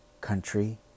country